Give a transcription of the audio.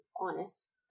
honest